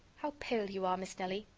how pale you are, miss nelly,